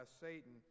Satan